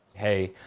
hey,